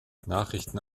nachrichten